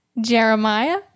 Jeremiah